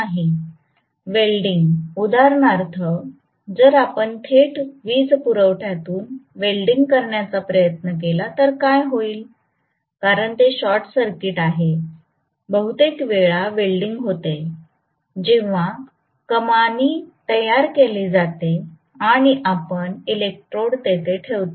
welding उदाहरणार्थ जर आपण थेट वीजपुरवठ्यातून वेल्डिंग करण्याचा प्रयत्न केला तर काय होईल कारण ते शॉर्ट सर्किट आहे बहुतेक वेळा वेल्डिंग होते जेव्हा कमानी तयार केली जाते आणि आपण इलेक्ट्रोड तिथे ठेवता